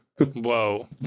Whoa